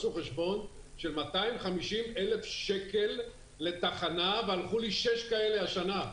אשלם 250,000 לתחנה, והלכו לי שש כאלה השנה.